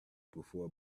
before